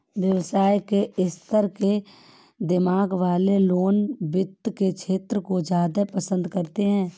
व्यवसाय के स्तर के दिमाग वाले लोग वित्त के क्षेत्र को ज्यादा पसन्द करते हैं